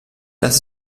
das